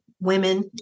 women